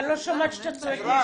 אבל אני לא שומעת כשאתה צועק משם.